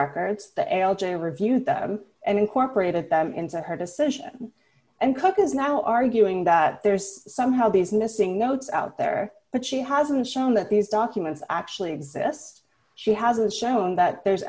records the l j reviewed them and incorporated them into her decision and cooke is now arguing that there's somehow these missing notes out there but she hasn't shown that these documents actually exist she hasn't shown that there's